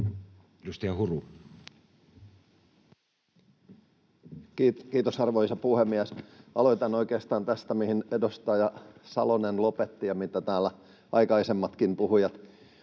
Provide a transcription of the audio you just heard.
Edustaja Huru. Kiitos, arvoisa puhemies! Aloitan oikeastaan tästä, mihin edustaja Salonen lopetti ja mitä täällä aikaisemmatkin puhujat